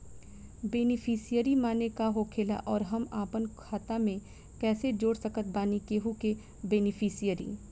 Beneficiary माने का होखेला और हम आपन खाता मे कैसे जोड़ सकत बानी केहु के बेनीफिसियरी?